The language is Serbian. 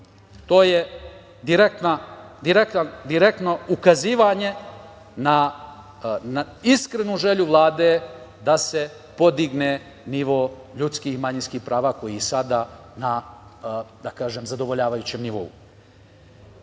To je direktno ukazivanje na iskrenu želju Vlade da se podigne nivo ljudskih i manjinskih prava koji su sada na zadovoljavajućem nivou. Ja